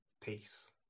peace